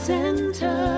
Center